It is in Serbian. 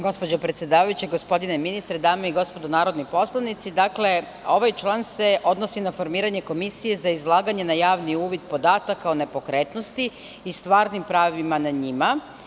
Gospođo predsedavajuća, gospodine ministre, dame i gospodo narodni poslanici, ovaj član se odnosi na formiranje komisije za izlaganje na javni uvid podataka o nepokretnosti i stvarnim pravima nad njima.